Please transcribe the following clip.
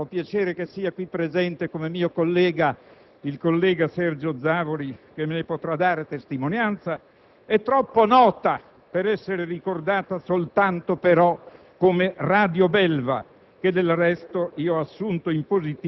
La storia del Gr2 - ho piacere che sia qui presente come mio collega il senatore Sergio Zavoli, che ne potrà dare testimonianza - è troppo nota per essere però ricordata soltanto come "Radio Belva",